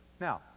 Now